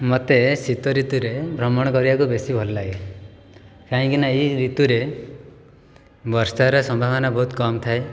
ମୋତେ ଶୀତଋତୁରେ ଭ୍ରମଣ କରିବାକୁ ବେଶି ଭଲ ଲାଗେ କାହିଁକି ନା ଏହି ଋତୁରେ ବର୍ଷାର ସମ୍ଭାବନା ବହୁତ କମ ଥାଏ